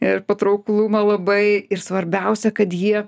ir patrauklumą labai ir svarbiausia kad jie